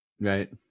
Right